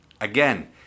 again